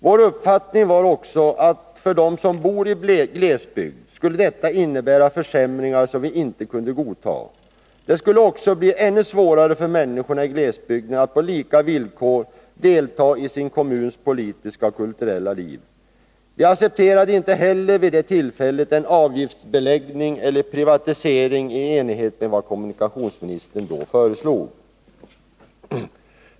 Vår uppfattning var att för dem som bor i glesbygd skulle detta förslag innebära försämringar som vi inte kunde godta. Det skulle också bli ännu svårare för människorna i glesbygd att på lika villkor delta i sin kommuns politiska och kulturella liv. Vi accepterade inte heller en avgiftsbeläggning eller privatisering i enlighet med vad kommunikationsministern då föreslog.